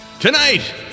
Tonight